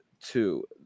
two